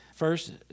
First